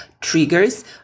triggers